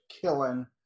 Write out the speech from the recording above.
killing